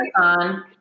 on